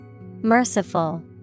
Merciful